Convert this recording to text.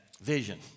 vision